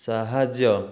ସାହାଯ୍ୟ